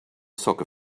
soccer